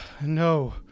No